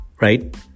right